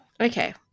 Okay